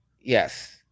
Yes